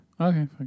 Okay